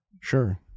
sure